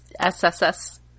sss